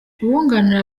uwunganira